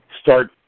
start